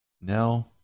now